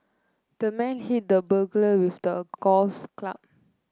the man hit the burglar with a golf club